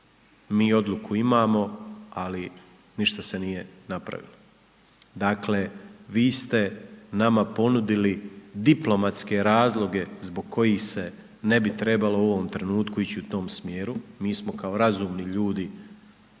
Mi odluku imamo, ali ništa se nije napravilo. Dakle, vi ste nama ponudili diplomatske razloge zbog kojih se ne bi trebalo u ovom trenutku ići u tom smjeru, mi smo kao razumni ljudi